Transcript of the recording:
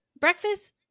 Breakfast